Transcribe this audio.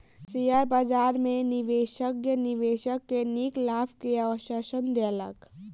share बजार में विशेषज्ञ निवेशक के नीक लाभ के आश्वासन देलक